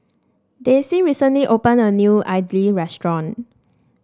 Dayse recently opened a new idly restaurant